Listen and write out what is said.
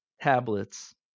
tablets